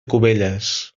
cubelles